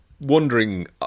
wondering